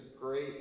great